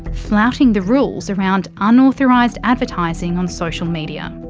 flouting the rules around unauthorised advertising on social media.